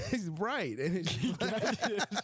right